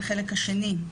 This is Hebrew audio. החלק השני,